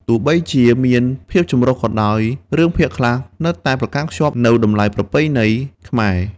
ទោះបីជាមានភាពចម្រុះក៏ដោយ រឿងភាគខ្លះនៅតែប្រកាន់ខ្ជាប់នូវ តម្លៃប្រពៃណី ខ្មែរ។